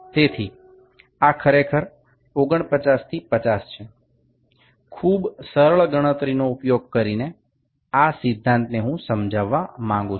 તેથી આ ખરેખર 49 થી 50 છે ખૂબ સરળ ગણતરીનો ઉપયોગ કરીને આ સિદ્ધાંત ને હું સમજાવવા માંગું છું